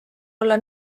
olla